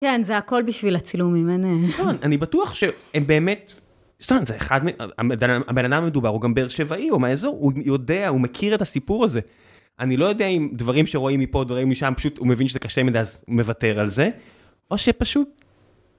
כן, זה הכל בשביל הצילומים, אין... זאת אומרת, אני בטוח שהם באמת... זאת אומרת, זה אחד מהם, המנהל המדובר, הוא גם בר שבעי או מהאזור, הוא יודע, הוא מכיר את הסיפור הזה. אני לא יודע אם דברים שרואים מפה, דברים משם, פשוט הוא מבין שזה קשה מדי, אז הוא מוותר על זה, או שפשוט אין לו כוח לזה